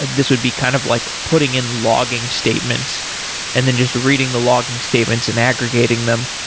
this would be kind of like putting in logging statements and then just reading the logging statements and aggregating them.